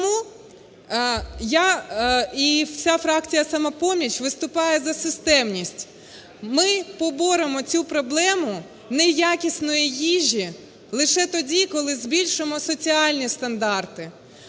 Тому я і вся фракція "Самопоміч" виступає за системність. Ми поборемо цю проблему неякісної їжі лише тоді, коли збільшимо соціальні стандарти,